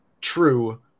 true